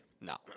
No